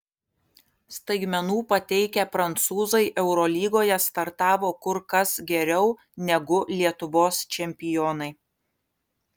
staigmenų pateikę prancūzai eurolygoje startavo kur kas geriau negu lietuvos čempionai